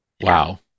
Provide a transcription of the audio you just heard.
Wow